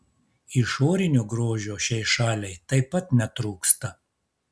išorinio grožio šiai šaliai taip pat netrūksta